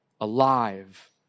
alive